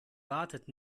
wartet